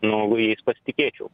nu jais pasitikėčiau